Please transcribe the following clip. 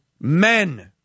men